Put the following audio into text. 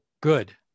good